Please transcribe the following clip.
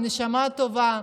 עם נשמה טובה.